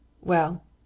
Well